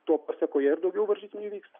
to pasėkoje ir daugiau varžytinių įvyksta